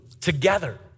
together